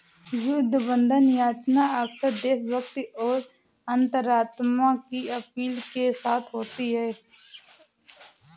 युद्ध बंधन याचना अक्सर देशभक्ति और अंतरात्मा की अपील के साथ होती है